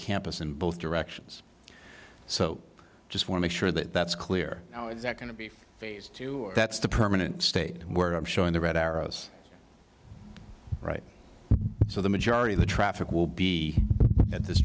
campus in both directions so just for make sure that that's clear how is that going to be phased that's the permanent state where i'm showing the red arrows right so the majority of the traffic will be at this